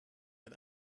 mit